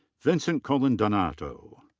vincent coladonato.